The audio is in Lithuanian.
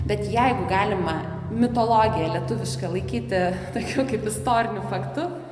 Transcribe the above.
bet jeigu galima mitologiją lietuvišką laikyti tokiu kaip istoriniu faktu